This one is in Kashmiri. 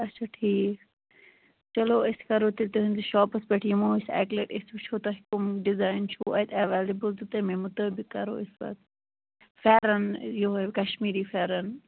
اَچھا ٹھیٖک چَلو أسۍ کَرو تیٚلہِ تِہنٛدٕ شاپس پٮ۪ٹھ یِمو أسۍ اَکہِ لٹہِ أسۍ وٕچھو تۄہہِ کَم ڈِزایِن چھِو اَتہِ ایولیبل تہٕ تمے مُطٲبِق کرو أسۍ پتہٕ فٮ۪رن یِہوٚے کشمیری فٮ۪رن